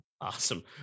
awesome